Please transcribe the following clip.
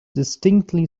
distinctly